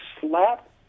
slap